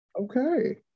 Okay